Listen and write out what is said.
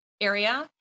area